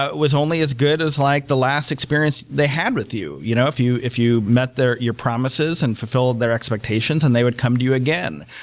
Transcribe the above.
ah was only as good as like the last experience they had with you you know if you if you met your promises and fulfilled their expectations, and they would come to you again.